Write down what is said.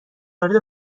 وارد